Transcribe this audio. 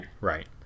Right